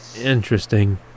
interesting